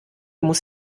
muss